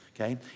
Okay